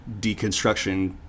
deconstruction